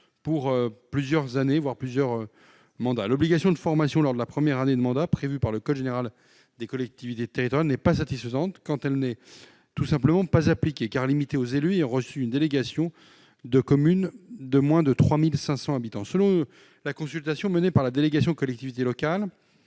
sur le long terme. L'obligation de formation lors de la première année de mandat, prévue par le code général des collectivités territoriales, n'est pas satisfaisante, d'autant qu'elle n'est parfois pas appliquée, car limitée aux élus ayant reçu une délégation dans les communes de moins de 3 500 habitants. Selon la consultation menée par la délégation aux collectivités locales,